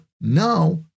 now